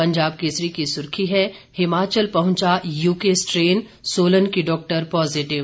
पंजाब केसरी की सुर्खी है हिमाचल पहुंचा यूके स्ट्रेन सोलन की डॉक्टर पॉजिटिव